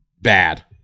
bad